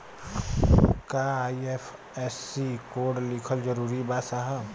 का IFSC code लिखल जरूरी बा साहब?